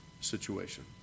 situation